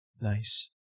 Nice